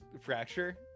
Fracture